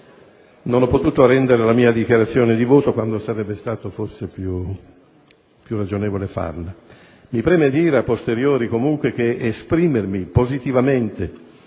non ho potuto rendere la mia dichiarazione di voto quando sarebbe stato forse più ragionevole farla. Mi preme dire *a posteriori,* comunque, che esprimermi positivamente